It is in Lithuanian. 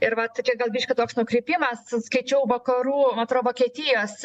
ir vat čia gal biškį toks nukrypimas skaičiau vakarų man atrodo vokietijos